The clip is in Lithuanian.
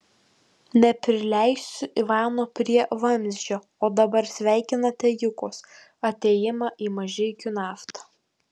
neprileisiu ivano prie vamzdžio o dabar sveikinate jukos atėjimą į mažeikių naftą